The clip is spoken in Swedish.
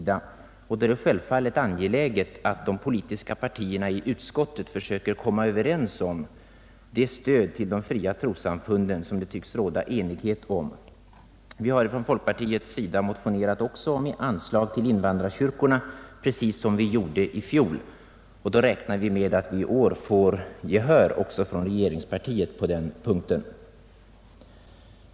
Då är det självfallet angeläget att de politiska partierna i utskottet försöker komma överens om det stöd till de fria trossamfunden som vi i folkpartiet ser som en angelägen sak. Vi har från folkpartiets sida också motionerat om anslag till invandrarkyrkorna, precis som vi gjorde i fjol, och vi räknar med att i år få gehör även från regeringspartiet för våra krav.